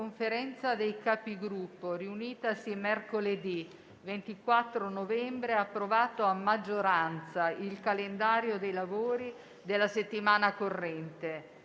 La Conferenza dei Capigruppo, riunitasi mercoledì 24 novembre, ha approvato a maggioranza il calendario dei lavori della settimana corrente.